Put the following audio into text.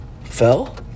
fell